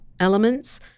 elements